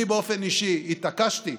אני באופן אישי התעקשתי,